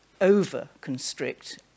over-constrict